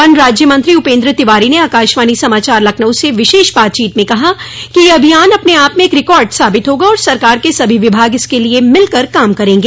one राज्य मंत्री उपेन्द्र तिवारी ने आकाशवाणी समाचार लखनऊ से विशेष बातचीत में कहा कि यह अभियान अपने आप में एक रिकार्ड साबित होगा और सरकार के सभी विभाग इसके लिए मिल कर काम करेंग